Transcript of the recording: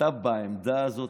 אתה בעמדה הזאת?